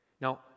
Now